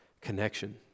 connection